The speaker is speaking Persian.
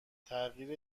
تغییر